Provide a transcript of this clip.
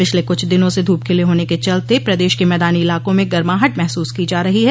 पिछले कुछ दिनों से धूप खिले होने के चलते प्रदेश के मैदानी इलाकों में गर्माहट महसूस की जा रही है